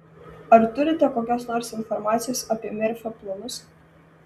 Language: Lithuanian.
ar turite kokios nors informacijos apie merfio planus